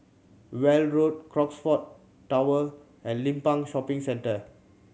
Weld Road Crockfords Tower and Limbang Shopping Centre